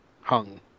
hung